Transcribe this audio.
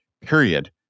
period